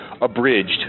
abridged